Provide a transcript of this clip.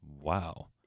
Wow